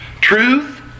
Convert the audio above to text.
Truth